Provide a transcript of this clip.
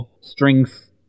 strings